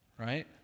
right